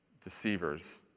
deceivers